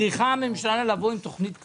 צריכה הממשלה לבוא עם תוכנית כללית.